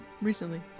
Recently